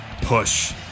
push